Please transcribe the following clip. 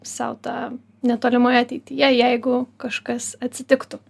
sau tą netolimoje ateityje jeigu kažkas atsitiktų